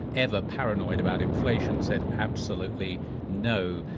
ever paranoid about inflation, said absolutely no.